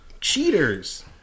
cheaters